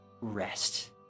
rest